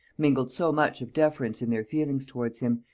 mingled so much of deference in their feelings towards him,